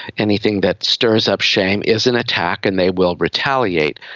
anything that stirs up shame is an attack and they will retaliate.